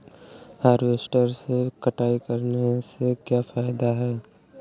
Harvester से कटाई करने से क्या फायदा है?